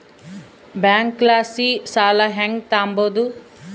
ಬ್ಯಾಂಕಲಾಸಿ ಸಾಲ ಹೆಂಗ್ ತಾಂಬದು?